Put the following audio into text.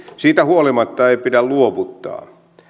siitä huolimatta ei pidä luovuttaa